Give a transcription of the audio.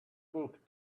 book